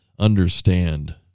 Understand